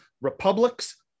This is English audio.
republics